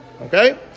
Okay